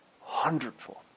Hundredfold